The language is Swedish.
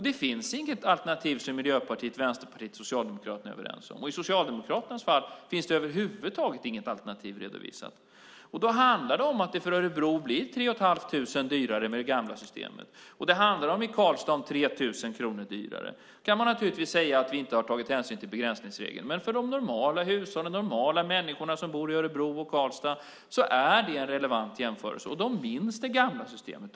Det finns inget alternativ som Miljöpartiet, Vänsterpartiet och Socialdemokraterna är överens om. I Socialdemokraternas fall finns det över huvud taget inget alternativ redovisat. Det handlar om att det i Örebro blir 3 500 kronor dyrare med det gamla systemet och i Karlstad 3 000 kronor dyrare. Man kan naturligtvis säga att vi inte har tagit hänsyn till begränsningsregeln. Men för de normala hushållen och människorna som bor i Örebro och Karlstad är det en relevant jämförelse. De minns det gamla systemet.